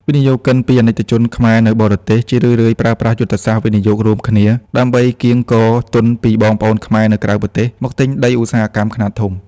វិនិយោគិនពី អាណិកជនខ្មែរនៅបរទេស ជារឿយៗប្រើប្រាស់យុទ្ធសាស្ត្រ "វិនិយោគរួមគ្នា" ដើម្បីកៀងគរទុនពីបងប្អូនខ្មែរនៅក្រៅប្រទេសមកទិញដីឧស្សាហកម្មខ្នាតធំ។